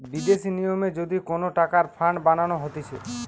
বিদেশি নিয়মে যদি কোন টাকার ফান্ড বানানো হতিছে